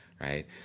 right